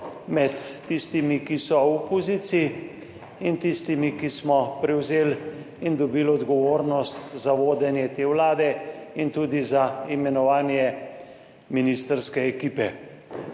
med tistimi, ki so v opoziciji in tistimi, ki smo prevzeli in dobili odgovornost za vodenje te vlade in tudi za imenovanje ministrske ekipe.